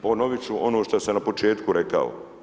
Ponoviti ću ono što sam na početku rekao.